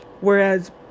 whereas